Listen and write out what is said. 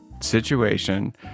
situation